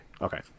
Okay